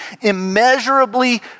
immeasurably